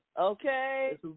Okay